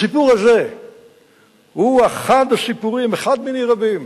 הסיפור הזה הוא אחד הסיפורים, אחד מני רבים,